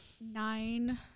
nine